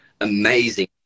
amazing